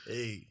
Hey